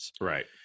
Right